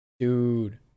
Dude